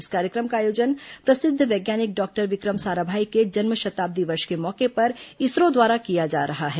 इस कार्यक्रम का आयोजन प्रसिद्ध वैज्ञानिक डॉक्टर विक्रम साराभाई के जन्म शताब्दी वर्ष के मौके पर इसरो द्वारा किया जा रहा है